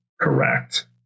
correct